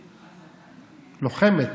לוחמת.